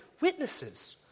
witnesses